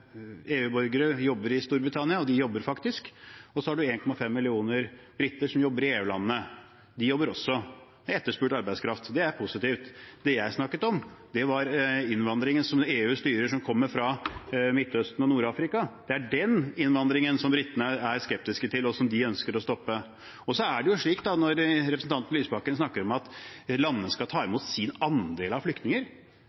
jobber i Storbritannia, de jobber faktisk, og så har man 1,5 millioner briter som jobber i EU-landene, de jobber også. Det er etterspurt arbeidskraft, og det er positivt. Det jeg snakket om, var innvandringen som EU styrer, den som kommer fra Midtøsten og Nord-Afrika. Det er den innvandringen britene er skeptiske til, og som de ønsker å stoppe. Når representanten Lysbakken snakker om at landene skal ta